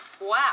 wow